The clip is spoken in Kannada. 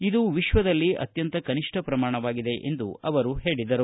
ಇದು ವಿಶ್ವದಲ್ಲಿ ಅತ್ಯಂತ ಕನಿಷ್ಠ ಪ್ರಮಾಣವಾಗಿದೆ ಎಂದು ಹೇಳಿದರು